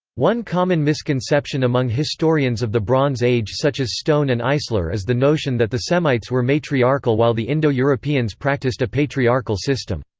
one common misconception among historians of the bronze age such as stone and eisler is the notion that the semites were matriarchal while the indo-europeans practiced a patriarchal system.